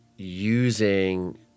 using